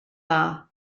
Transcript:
dda